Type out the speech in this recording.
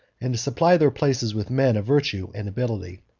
and to supply their places with men of virtue and ability.